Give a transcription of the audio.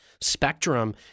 spectrum